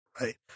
right